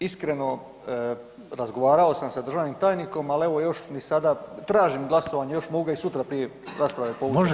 Iskreno, razgovarao sam sa državnim tajnikom, al evo još ni sada, tražim glasovanje, još mogu ga i sutra prije rasprave povući…